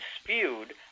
spewed